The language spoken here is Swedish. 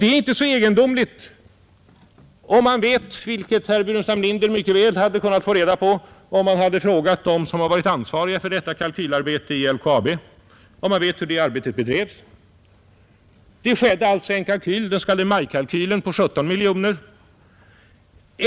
Det är inte så egendomligt om man vet — vilket herr Burenstam Linder mycket väl hade kunnat få reda på om han hade frågat dem som varit ansvariga för detta kalkylarbete i LKAB — hur det arbetet bedrevs. Det gjordes alltså en kalkyl, den s.k. majkalkylen, på 17 miljoner.